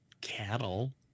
cattle